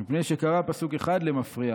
מפני שקרא פסוק אחד למפרע,